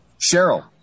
Cheryl